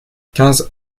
quinze